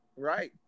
Right